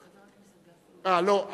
לא,